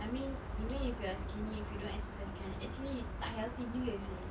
I mean you mean if you're skinny if you don't exercise kan actually tak healthy gila seh